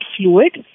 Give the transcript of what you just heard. fluid